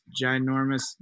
ginormous